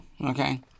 Okay